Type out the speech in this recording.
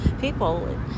people